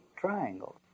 triangle